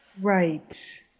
Right